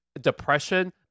depression